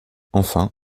enfin